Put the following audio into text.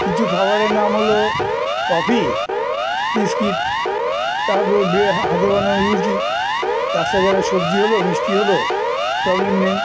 কিছু খাবারের নাম হলো কফি বিস্কিট তারপরে ব্রে হাতে বানানো রুটি তার সাথে একটা সবজি হল মিষ্টি হল প্রবলেম নেই